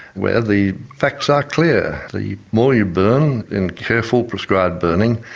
where the facts are clear the more you burn in careful prescribed burning,